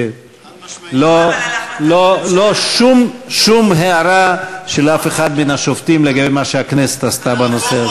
לא שום הערה של אף אחד מן השופטים על מה שהכנסת עשתה בנושא.